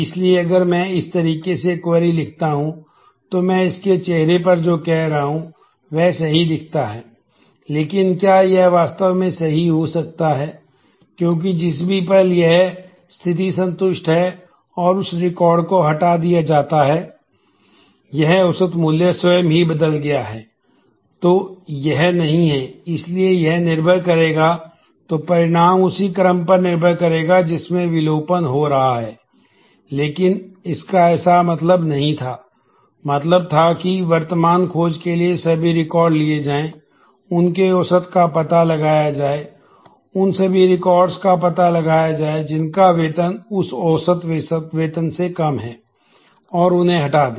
इसलिए अगर मैं इस तरीके से क्वेरी का पता लगाया जाए जिनका वेतन उस औसत से कम है और उन्हें हटा दो